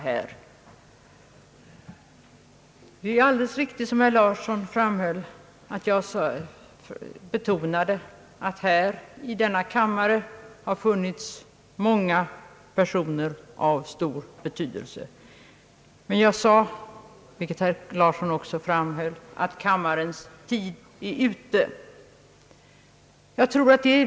Det är alldeles riktigt, som herr Larsson framhöll, att jag betonade att det i denna kammare har funnits många betydande personer. Men jag sade vidare att första kammarens tid är ute.